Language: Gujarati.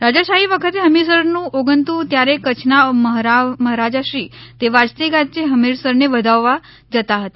રાજાશાહી વખતે હમીરસર ઓગનતું ત્યારે કચ્છના મહારાવશ્રી તે વાજતે ગાજતે હમીરસરને વધાવવા જતા હતા